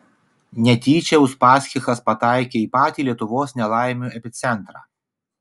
netyčia uspaskichas pataikė į patį lietuvos nelaimių epicentrą